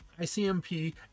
ICMP